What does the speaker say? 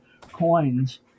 coins